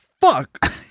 fuck